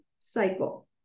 cycle